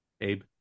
Abe